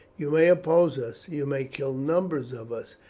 you may oppose us, you may kill numbers of us,